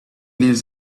lives